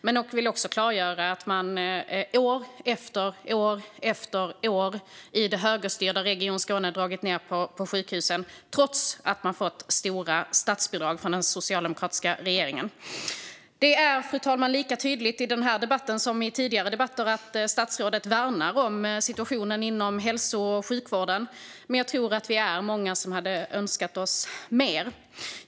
Men jag vill också klargöra för lyssnarna att man år efter år i det högerstyrda Region Skåne har dragit ned på sjukhusen, trots att man fått stora statsbidrag från den socialdemokratiska regeringen. Fru talman! Det är lika tydligt i denna debatt som i tidigare debatter att statsrådet värnar om situationen inom hälso och sjukvården. Jag tror dock att vi är många som hade önskat oss mer.